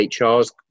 HR's